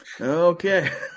Okay